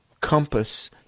compass